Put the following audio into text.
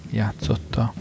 játszotta